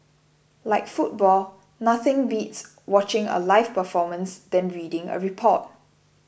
like football nothing beats watching a live performance than reading a report